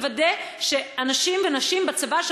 לוודא שאנשים ונשים בצבא,